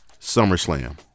SummerSlam